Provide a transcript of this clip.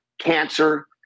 cancer